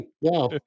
Wow